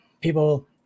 people